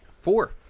Four